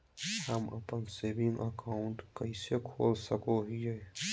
हम अप्पन saving account कइसे खोल सको हियै?